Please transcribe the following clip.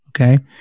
Okay